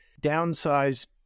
downsized